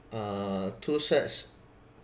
uh two sets